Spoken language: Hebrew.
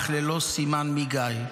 אך ללא סימן מגיא.